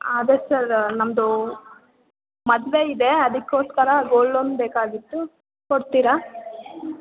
ಅದೇ ಸರ್ ನಮ್ಮದು ಮದುವೆ ಇದೆ ಅದಕ್ಕೋಸ್ಕರ ಗೋಲ್ಡ್ ಲೋನ್ ಬೇಕಾಗಿತ್ತು ಕೊಡ್ತೀರಾ